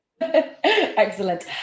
Excellent